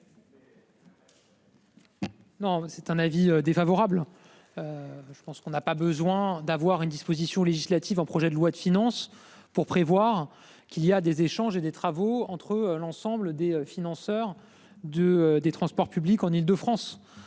Non c'est un avis défavorable. Je pense qu'on n'a pas besoin d'avoir une disposition législative en projet de loi de finances pour prévoir qu'il y a des échanges et des travaux entre l'ensemble des financeurs de des transports publics en Île-de-France.